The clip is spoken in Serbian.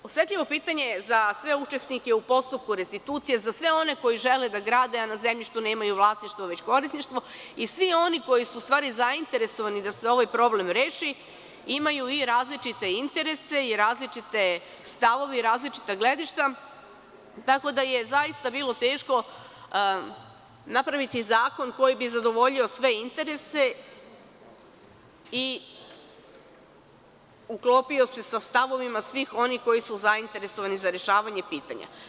Osetljivo pitanje za sve učesnike u postupku restitucije, za sve one koji žele da grade a na zemljištu nemaju vlasništvo već korisništvo, i svi oni koji su u stvari zainteresovani da se ovaj problem reši imaju i različite interese i različite stavove i različita gledišta, tako da je zaista bilo teško napraviti zakon koji bi zadovoljio sve interese i uklopio se sa stavovima svih onih koji su zainteresovani za rešavanje pitanja.